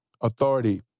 authority